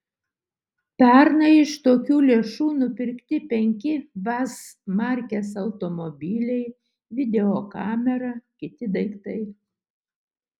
pernai iš tokių lėšų nupirkti penki vaz markės automobiliai videokamera kiti daiktai